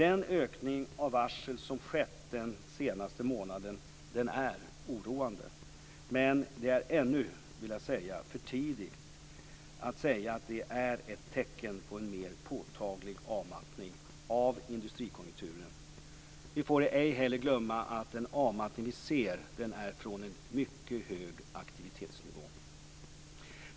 Den ökning av varsel som skett den senaste månaden är oroande, men det är ännu för tidigt att säga att det är ett tecken på en mer påtaglig avmattning av industrikonjunkturen. Vi får ej heller glömma att den avmattning vi ser är från en mycket hög aktivitetsnivå.